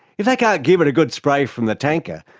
if they can't give it a good spray from the tanker,